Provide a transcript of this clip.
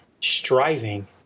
striving